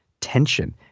tension